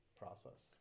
process